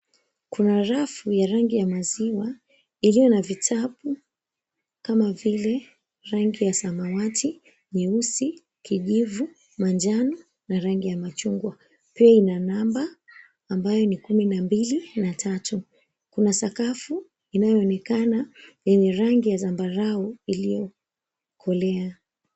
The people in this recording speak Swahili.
Kuna rafu ya rangi ya maziwa iliyo na vitabu kama vile rangi ya samawati, nyeusi, kijivu, manjano na rangi ya machungwa. Pia ina namba ambayo ni kumi na mbili na tatu. Kuna sakafu inayo onekana, yenye rangi ya zambarau iliyo kolea.